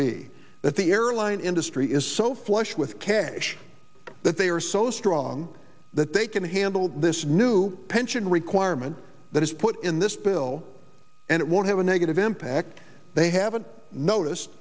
be that the airline industry is so flush with cash that they are so strong that they can handle this new pension requirement that is put in this bill and it won't have a negative impact they haven't noticed